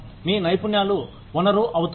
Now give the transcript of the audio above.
మీ నైపుణ్యాలు వనరు అవుతుంది